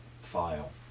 file